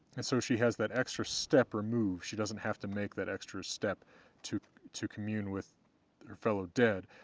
and so she has that extra step removed, she doesn't have to make that extra step to to commune with her fellow dead,